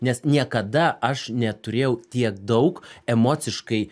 nes niekada aš neturėjau tiek daug emociškai